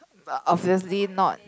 but obviously not